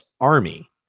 Army